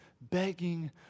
begging